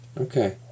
Okay